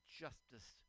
justice